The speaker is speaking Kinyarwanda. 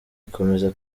ikomeza